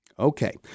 Okay